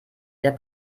der